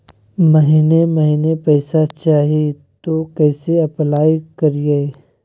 महीने महीने पैसा चाही, तो कैसे अप्लाई करिए?